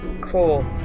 Cool